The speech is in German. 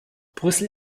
brüssel